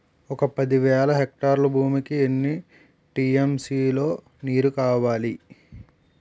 ఒక పది వేల హెక్టార్ల భూమికి ఎన్ని టీ.ఎం.సీ లో నీరు కావాలి?